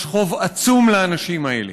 יש חוב עצום לאנשים האלה.